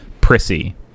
Prissy